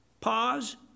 pause